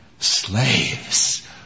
Slaves